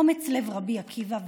אומץ לב רבי עקיבא,